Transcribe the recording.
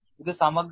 ഇത് സമഗ്രമല്ല